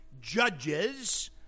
judges